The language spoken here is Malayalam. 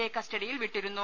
എ കസ്റ്റഡിയിൽ വിട്ടിരുന്നു